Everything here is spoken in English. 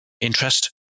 Interest